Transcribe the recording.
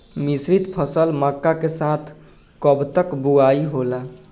मिश्रित फसल मक्का के साथ कब तक बुआई होला?